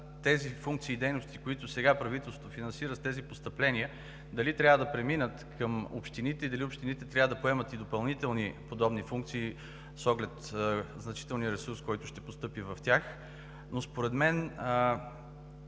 тези функции и дейности, с които сега правителството финансира с тези постъпления, дали трябва да преминат към общините, и дали общините трябва да поемат и допълнителни подобни функции с оглед значителния ресурс, който ще постъпи в тях, но според мен